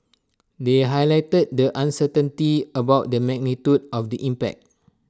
they highlighted the uncertainty about the magnitude of the impact